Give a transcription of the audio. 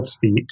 feet